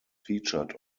featured